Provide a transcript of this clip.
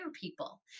people